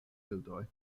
bildoj